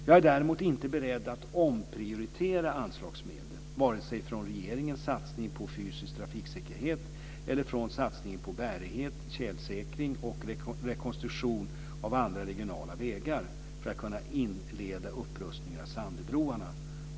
Jag är däremot inte beredd att omprioritera anslagsmedel, vare sig från regeringens satsning på fysisk trafiksäkerhet eller från satsningen på bärighet, tjälsäkring och rekonstruktion av andra regionala vägar, för att kunna inleda upprustningen av Sandöbroarna.